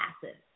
passive